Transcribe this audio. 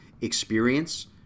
experience